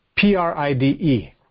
P-R-I-D-E